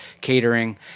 catering